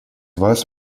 вас